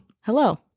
Hello